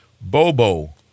Bobo